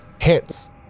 Hits